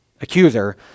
accuser